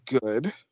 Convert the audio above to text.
good